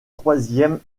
troisième